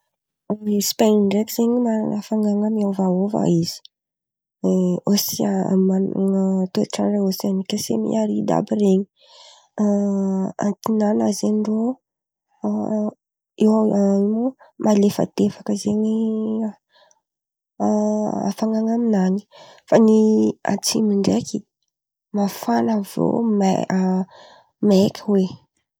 A Espain̈y ndraiky zen̈y manana hafanana miôvaôva izy. Hoe ôsea- manana toetrandra ôseanika sem* arida àby ren̈y. A antinana zen̈y rô a eo malefadefaka zen̈ a- hafanana aminan̈y. Fa ny atsimo ndraiky mafana aviô may a maiky hoe.